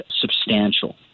substantial